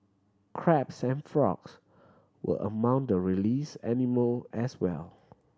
crabs and frogs were among the release animal as well